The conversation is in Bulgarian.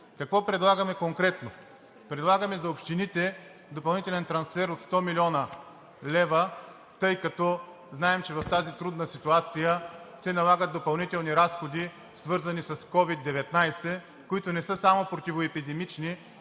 Какво предлагаме конкретно? Предлагаме за общините допълнителен трансфер от 100 млн. лв., тъй като знаем, че в тази трудна ситуация се налагат допълнителни разходи, свързани с COVID-19, които не са само противоепидемични,